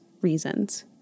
reasons